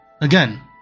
Again